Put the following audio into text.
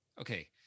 okay